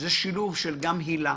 שזה שילוב של "הילה"